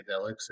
psychedelics